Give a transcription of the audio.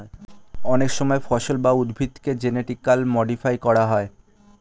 অনেক সময় ফসল বা উদ্ভিদকে জেনেটিক্যালি মডিফাই করা হয়